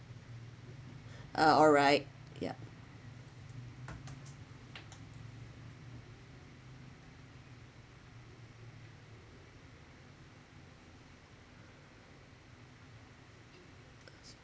uh alright ya